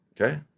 Okay